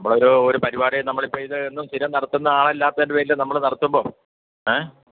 നമ്മളൊരു ഒരു പരിപാടി നമ്മള് ചെയ്തെ എന്നും സ്ഥിരം നടത്തുന്ന ആളല്ലാത്തതിൻ്റെ പേരില് നമ്മള് നടത്തുമ്പോള് ഏ